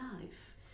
life